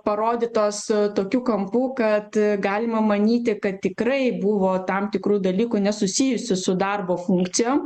parodytos tokiu kampu kad galima manyti kad tikrai buvo tam tikrų dalykų nesusijusių su darbo funkcijom